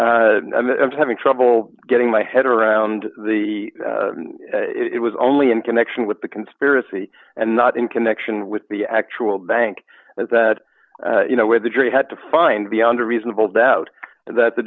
having trouble getting my head around the it was only in connection with the conspiracy and not in connection with the actual bank that you know where the jury had to find beyond a reasonable doubt that the